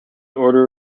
order